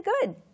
good